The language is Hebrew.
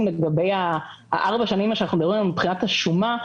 לגבי ארבע השנים שאנחנו מדברים עליהם מבחינת השומה,